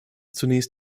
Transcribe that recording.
zunächst